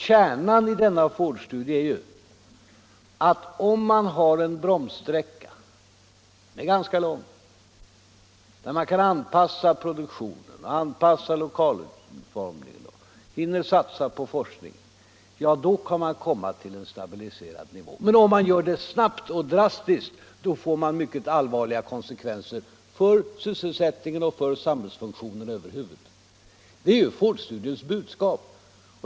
Kärnan i denna studie är ju att om man har en bromssträcka, som är ganska lång och där man kan anpassa produktionen och lokalutformningen och hinner satsa på forskning, då kan man komma till en stabiliserad nivå. Men om man gör utbyggnaden snabbt och drastiskt får man mycket allvarliga konsekvenser för sysselsättningen och för samhällsfunktionerna över huvud taget. Detta är Fordstudiens budskap.